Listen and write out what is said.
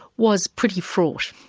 was pretty fraught,